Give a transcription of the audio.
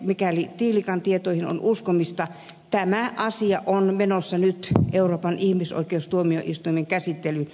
mikäli tiilikan tietoihin on uskomista tämä asia on menossa nyt euroopan ihmisoikeustuomioistuimen käsittelyyn